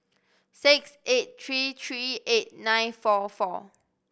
six eight three three eight nine four four